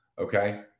Okay